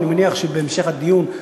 אני מניח שבהמשך הדיון,